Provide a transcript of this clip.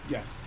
Yes